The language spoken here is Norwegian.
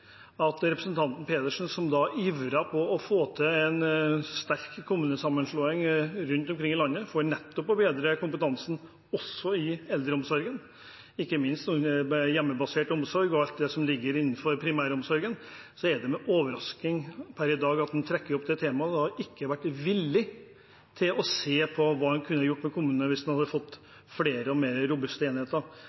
kommunene. Representanten Pedersen har ivret for å få til en sterk kommunesammenslåing rundt omkring i landet, nettopp for å bedre kompetansen også i eldreomsorgen, ikke minst i den hjemmebaserte omsorgen og alt som ligger innenfor primæromsorgen. Da er det litt underlig og overraskende når man i dag trekker opp det temaet, at man ikke har vært villig til å se på hva man kunne gjort i kommunene hvis man fikk flere og mer robuste enheter.